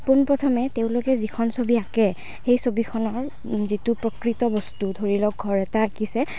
পোনপ্ৰথমে তেওঁলোকে যিখন ছবি আঁকে সেই ছবিখনৰ যিটো প্ৰকৃত বস্তু ধৰিলওক ঘৰ এটা আঁকিছে